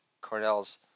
Cornell's